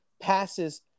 Passes